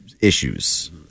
issues